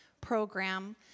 program